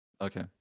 Okay